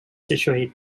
situated